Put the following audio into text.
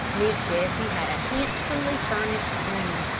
miss bessie had a handsomely furnished room,